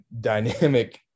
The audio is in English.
dynamic